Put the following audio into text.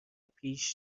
پیش